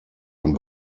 ein